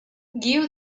give